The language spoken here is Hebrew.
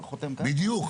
בדיוק,